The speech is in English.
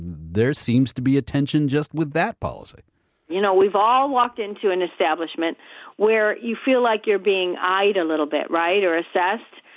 there seems to be attention just with that policy you know we've all walked into an establishment where you feel like you're being eyed a little bit, right, or assessed.